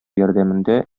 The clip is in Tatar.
ярдәмендә